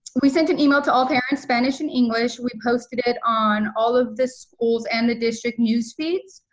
we sent an email to all parents spanish and english. we posted it on all of the schools and the district news feeds.